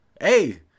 Hey